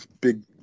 big